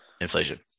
inflation